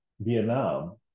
Vietnam